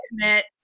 commit